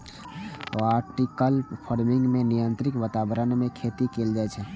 vertical farming मे नियंत्रित वातावरण मे खेती कैल जाइ छै